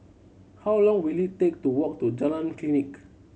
how long will it take to walk to Jalan Klinik